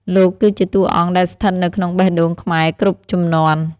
លោកគឺជាតួអង្គដែលស្ថិតនៅក្នុងបេះដូងខ្មែរគ្រប់ជំនាន់។